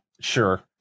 Sure